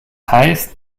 heißt